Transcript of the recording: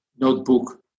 notebook